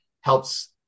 helps